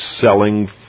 selling